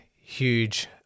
huge